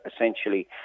essentially